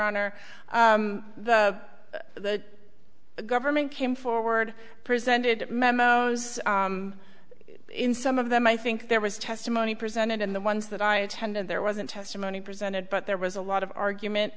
honor the government came forward presented memos in some of them i think there was testimony presented in the ones that i attend and there wasn't testimony presented but there was a lot of argument